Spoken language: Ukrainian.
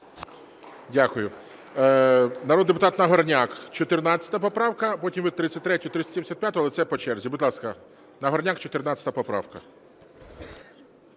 Дякую. Народний депутат Нагорняк. 14 поправка. Потім ви 33-ю, 375-у, але це по черзі. Будь ласка, Нагорняк, 14 поправка.